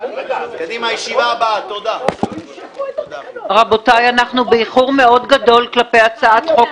הישיבה ננעלה בשעה